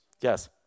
Yes